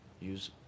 Use